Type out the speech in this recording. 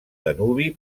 danubi